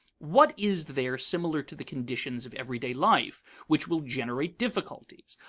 what is there similar to the conditions of everyday life which will generate difficulties?